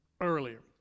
earlier